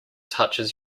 touches